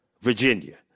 Virginia